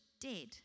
dead